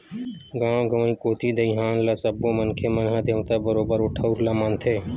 गाँव गंवई कोती दईहान ल सब्बो मनखे मन ह देवता बरोबर ओ ठउर ल मानथे